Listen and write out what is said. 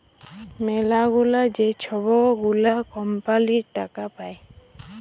ম্যালাগুলা যে ছব গুলা কম্পালির টাকা পায়